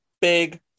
big